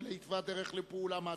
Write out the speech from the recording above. אלא התווה דרך לפעולה מעשית.